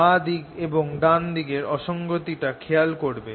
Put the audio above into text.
বাঁ দিক এবং ডান দিকের অসঙ্গতি টা খেয়াল করবে